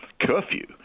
curfew